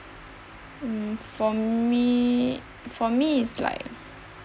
mm for me for me is like